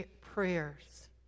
prayers